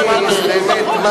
באמת,